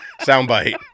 Soundbite